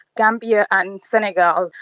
gambia and senegal,